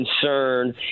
concern